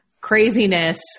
craziness